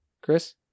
Chris